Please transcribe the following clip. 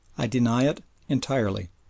i deny it entirely.